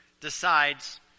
decides